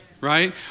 right